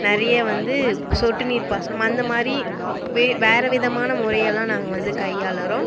நிறைய வந்து சொட்டு நீர் பாசனம் அந்தமாதிரி வே வேற விதமான முறையலாம் நாங்கள் வந்து கை ஆளுறோம்